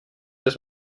dass